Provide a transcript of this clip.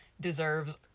deserves